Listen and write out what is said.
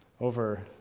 over